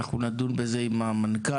ואנחנו נדון בזה עם המנכ"ל.